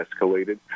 escalated